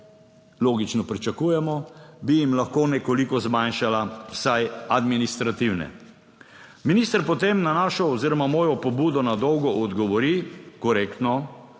logično pričakujemo bi jim lahko nekoliko zmanjšala vsaj administrativne. Minister potem na našo oziroma mojo pobudo na dolgo odgovori korektno